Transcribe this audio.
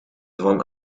van